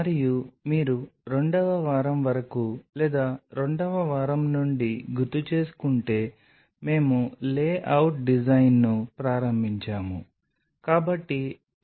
మరియు మీరు రెండవ వారం వరకు లేదా రెండవ వారం నుండి గుర్తుచేసుకుంటే మేము లేఅవుట్ డిజైన్ను ప్రారంభించాము